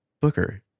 booker